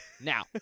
Now